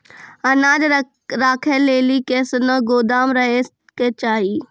अनाज राखै लेली कैसनौ गोदाम रहै के चाही?